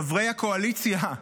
חברי הקואליציה,